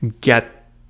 get